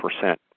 percent